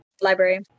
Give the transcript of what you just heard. library